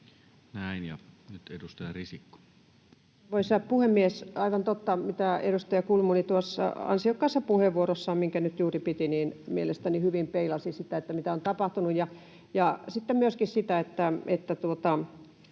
Näin. — Ja nyt edustaja Risikko. Arvoisa puhemies! On aivan totta, mitä edustaja Kulmuni sanoi tuossa ansiokkaassa puheenvuorossaan, minkä nyt juuri piti. Mielestäni se hyvin peilasi sitä, mitä on tapahtunut, ja sitten hän myöskin totesi